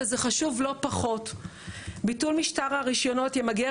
וזה חשוב לא פחות ביטול משטר הרשיונות ימגר